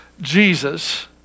Jesus